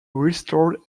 restored